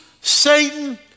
Satan